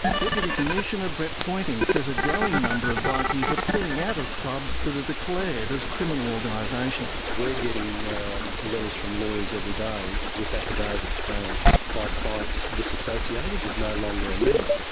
deputy commissioner brett pointing says a growing number of bikies are pulling out of clubs that are declared as criminal organisations. we're getting letters from lawyers every day with affidavits saying my client is disassociated, is no longer a member.